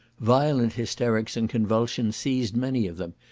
violent hysterics and convulsions seized many of them,